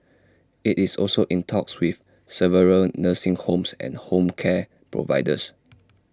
IT is also in talks with several nursing homes and home care providers